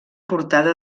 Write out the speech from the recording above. portada